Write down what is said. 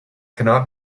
cannot